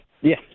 Yes